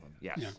yes